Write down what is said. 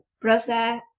brother